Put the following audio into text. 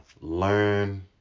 learn